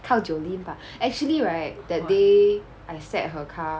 靠 jolene but actually right that day I sat her car